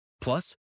Plus